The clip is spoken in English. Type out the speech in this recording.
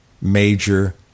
major